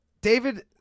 David